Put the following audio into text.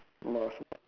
mass mass maas